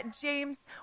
James